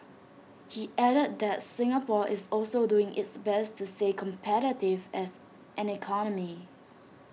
he added that Singapore is also doing its best to stay competitive as an economy